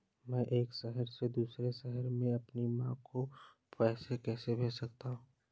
मैं एक शहर से दूसरे शहर में अपनी माँ को पैसे कैसे भेज सकता हूँ?